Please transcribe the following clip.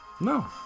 No